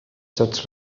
tots